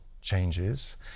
changes